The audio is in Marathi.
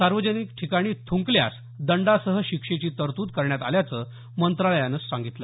सार्वजनिक ठिकाणी थुंकल्यास दंडासह शिक्षेची तरतूद करण्यात आल्याचं मंत्रालयानं सांगितलं